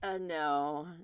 no